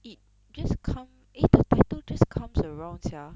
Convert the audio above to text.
it just come eh the pattern just comes around sia